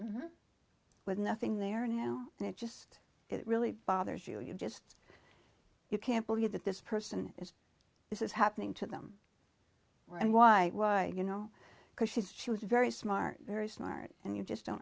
n with nothing there now and it just it really bothers you you just you can't believe that this person is this is happening to them and why you know because she's she was very smart very smart and you just don't